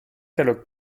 catalogue